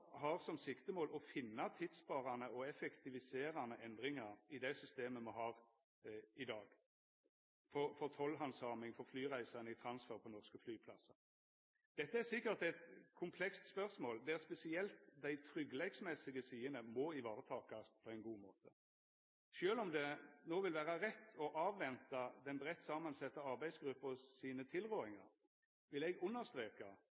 har som siktemål å finna tidssparande og effektiviserande endringar i det systemet me i dag har for tollhandsaming for flyreisande i transfer på norske flyplassar. Dette er sikkert eit komplekst spørsmål, der spesielt dei tryggleiksmessige sidene må varetakast på ein god måte. Sjølv om det no vil vera rett å venta på den breitt samansette arbeidsgruppa sine tilrådingar, vil eg understreka